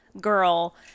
girl